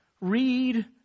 Read